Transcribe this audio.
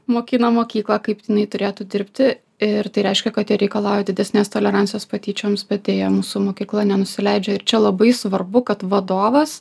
mokina mokyklą kaip jinai turėtų dirbti ir tai reiškia kad jie reikalauja didesnės tolerancijos patyčioms bet deja mūsų mokykla nenusileidžia ir čia labai svarbu kad vadovas